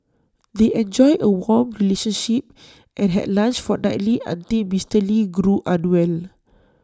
they enjoyed A warm relationship and had lunch fortnightly until Mister lee grew unwell